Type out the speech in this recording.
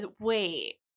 Wait